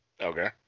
Okay